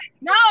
No